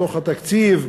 בתוך התקציב,